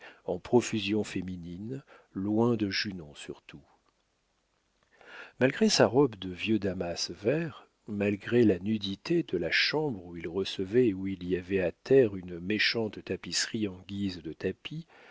en profusions féminines loin de junon surtout malgré sa robe de vieux damas vert malgré la nudité de la chambre où il recevait et où il y avait à terre une méchante tapisserie en guise de tapis